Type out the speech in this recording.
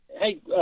Hey